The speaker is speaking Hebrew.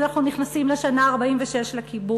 אנחנו נכנסים לשנה ה-46 לכיבוש.